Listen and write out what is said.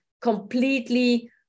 completely